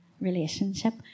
relationship